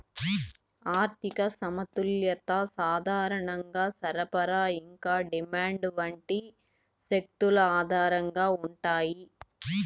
ఆర్థిక సమతుల్యత సాధారణంగా సరఫరా ఇంకా డిమాండ్ వంటి శక్తుల ఆధారంగా ఉంటాయి